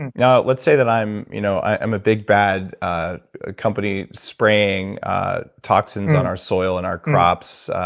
and now let's say that i'm you know i'm a big, bad ah ah company spraying toxin on our soil and our crops.